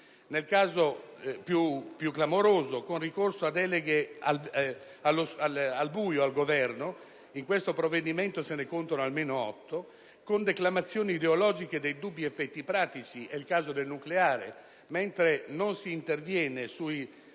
nel caso più clamoroso, con ricorso a deleghe al buio al Governo (in questo provvedimento se ne contano almeno otto), con declamazioni ideologiche dai dubbi effetti pratici (è il caso del nucleare), mentre non si interviene sulla